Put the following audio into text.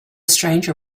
stranger